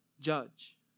judge